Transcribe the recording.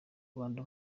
rwanda